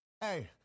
Hey